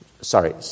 Sorry